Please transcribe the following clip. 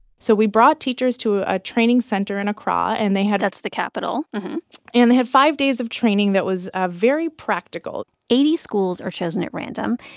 so we brought teachers to a ah training center in accra. and they had. that's the capital and they had five days of training that was ah very practical eighty schools are chosen at random.